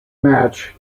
match